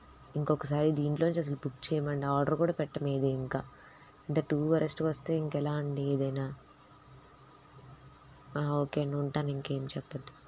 ఇంకొకసారి దీంట్లో నుంచి అసలు బుక్ చేయమండి ఆర్డర్ కూడా పెట్టం ఏది ఇంకా ద టూ వరస్ట్గా వస్తే ఇంకా ఎలా అండి ఏదైనా ఓకే అండి ఉంటాను ఇంకేం చెప్పద్దు